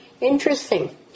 Interesting